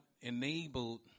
enabled